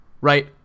right